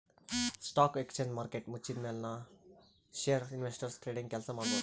stock exchange market ಮುಚ್ಚಿದ್ಮ್ಯಾಲ್ ನು share investors trading ಕೆಲ್ಸ ಮಾಡಬಹುದ್